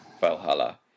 Valhalla